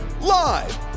Live